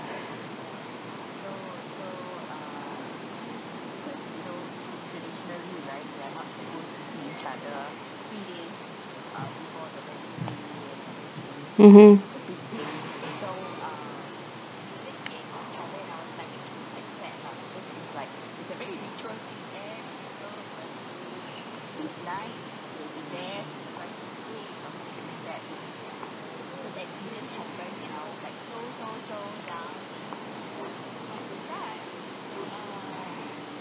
mmhmm